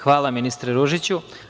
Hvala, ministre Ružiću.